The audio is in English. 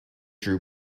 drew